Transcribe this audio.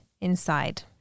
inside